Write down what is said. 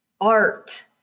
art